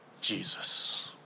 Jesus